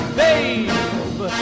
babe